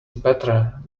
better